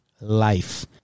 life